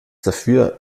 dafür